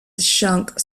shunk